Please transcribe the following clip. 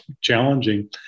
challenging